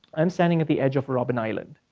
i'm standing at the edge of robben island.